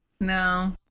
no